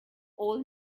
old